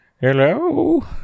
hello